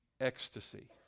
ecstasy